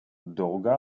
долго